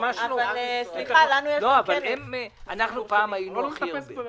אנחנו פעם היינו הכי הרבה.